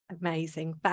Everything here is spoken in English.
amazing